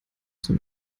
zum